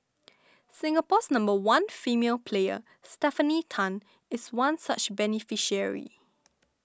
Singapore's number one female player Stefanie Tan is one such beneficiary